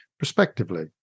respectively